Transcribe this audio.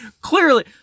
clearly